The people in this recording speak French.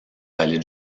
palais